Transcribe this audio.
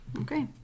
Okay